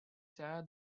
saw